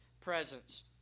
presence